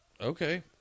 Okay